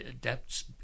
depths